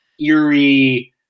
eerie